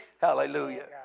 Hallelujah